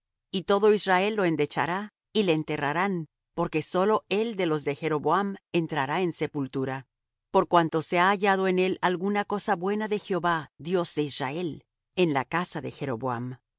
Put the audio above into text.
y todo israel lo endechará y le enterrarán porque sólo él de los de jeroboam entrará en sepultura por cuanto se ha hallado en él alguna cosa buena de jehová dios de israel en la casa de jeroboam y